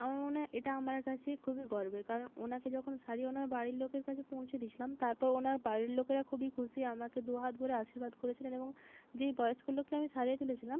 আমার মনে হয় এটা আমার কাছে খুবই গর্বের কারণ ওনাকে যখন সারিয়ে ওনার বাড়ির লোকের কাছে পৌঁছে দিয়েছিলাম তারপর ওনার বাড়ির লোকেরা খুবই খুশি আমাকে দু হাত ভরে আশীর্বাদ করেছিলেন এবং যেই বয়স্ক লোককে আমি সারিয়ে তুলেছিলাম